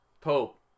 Pope